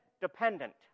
dependent